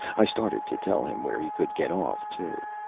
i started to tell him where he could get off, too.